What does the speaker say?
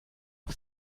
auf